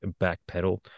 backpedal